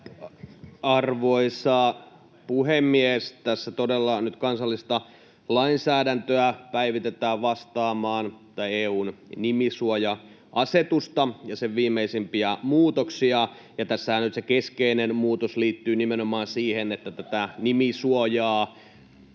Arvoisa puhemies! Tässä todella nyt kansallista lainsäädäntöä päivitetään vastaamaan EU:n nimisuoja-asetusta ja sen viimeisimpiä muutoksia, ja tässähän nyt se keskeinen muutos liittyy nimenomaan siihen, että myös